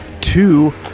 Two